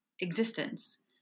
existence